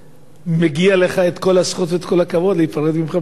מגיעים לך כל הזכות וכל הכבוד להיפרד ממך בכבוד.